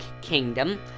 Kingdom